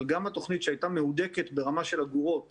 אבל גם התוכנית שהייתה מהודקת ברמה של אגורות